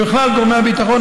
ובכלל גורמי הביטחון,